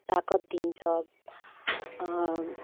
ताकत दिन्छ